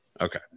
Okay